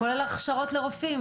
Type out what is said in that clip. גם הכשרות לרופאים,